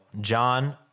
john